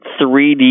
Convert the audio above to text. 3D